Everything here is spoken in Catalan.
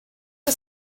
que